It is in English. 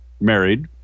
married